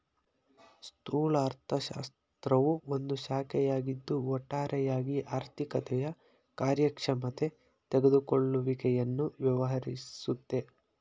ಸ್ಥೂಲ ಅರ್ಥಶಾಸ್ತ್ರವು ಒಂದು ಶಾಖೆಯಾಗಿದ್ದು ಒಟ್ಟಾರೆಯಾಗಿ ಆರ್ಥಿಕತೆಯ ಕಾರ್ಯಕ್ಷಮತೆ ತೆಗೆದುಕೊಳ್ಳುವಿಕೆಯನ್ನು ವ್ಯವಹರಿಸುತ್ತೆ